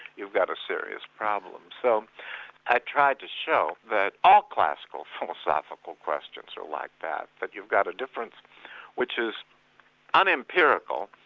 you've got a serious problem. so i tried to show that all classical, philosophical questions are like that, that you've got a difference which is unempirical.